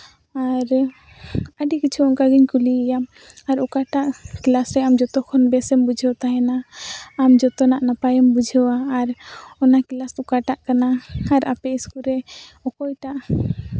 ᱟᱨ ᱟᱹᱰᱤ ᱠᱤᱪᱷᱩ ᱚᱱᱠᱟ ᱜᱤᱧ ᱠᱩᱞᱤᱭᱮᱭᱟ ᱟᱨ ᱚᱠᱟᱴᱟᱜ ᱠᱞᱟᱥ ᱨᱮ ᱟᱢ ᱡᱚᱛᱚ ᱠᱷᱚᱱ ᱵᱮᱥ ᱮᱢ ᱵᱩᱡᱷᱟᱹᱣ ᱛᱟᱦᱮᱱᱟ ᱟᱢ ᱡᱚᱛᱚ ᱠᱷᱚᱱᱟᱜ ᱱᱟᱯᱟᱭᱮᱢ ᱵᱩᱡᱷᱟᱹᱣᱟ ᱟᱨ ᱚᱱᱟ ᱠᱞᱟᱥ ᱚᱠᱟᱴᱟᱜ ᱠᱟᱱᱟ ᱟᱨ ᱟᱯᱮ ᱥᱠᱩᱞ ᱨᱮ ᱚᱠᱚᱭᱴᱟᱜ